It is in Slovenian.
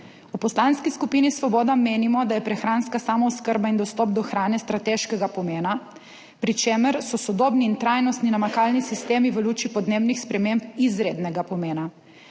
V Poslanski skupini Svoboda menimo, da je prehranska samooskrba in dostop do hrane strateškega pomena, pri čemer so sodobni in trajnostni namakalni sistemi v luči podnebnih sprememb izrednega pomena.